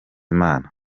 imana